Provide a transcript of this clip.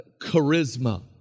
charisma